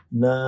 na